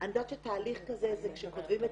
אני יודעת שתהליך כזה זה כשכותבים את